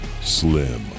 Slim